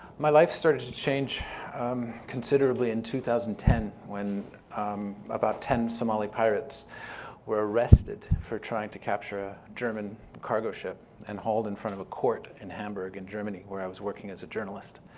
my life started to change considerably in two thousand and ten when about ten somali pirates were arrested for trying to capture a german cargo ship and hauled in front of a court in hamburg in germany where i was working as a journalist.